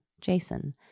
Jason